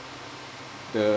the